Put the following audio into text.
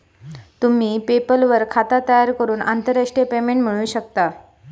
तुम्ही पेपल वर खाता तयार करून आंतरराष्ट्रीय पेमेंट मिळवू शकतास